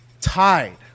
Tied